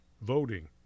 voting